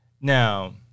now